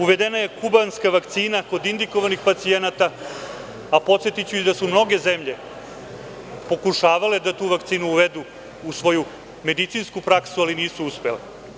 Uvedena je kubanska vakcina kod indikovanih pacijenata, a podsetiću i da su mnoge zemlje pokušavale da tu vakcinu uvedu u svoju medicinsku praksu, ali nisu uspele.